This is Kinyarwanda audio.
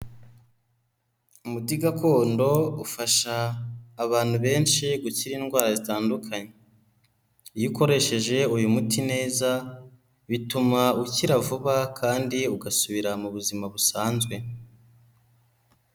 Umuti gakondo ufasha abantu benshi gukira indwara zitandukanye, iyo ukoresheje uyu muti neza bituma ukira vuba kandi ugasubira mu buzima busanzwe.